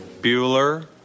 Bueller